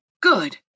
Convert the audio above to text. Good